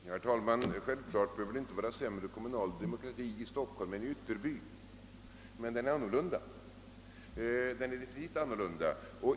Herr talman! Det behöver självklart inte vara sämre kommunal demokrati i Stockholm än i Ytterby, men den är definitivt annorlunda.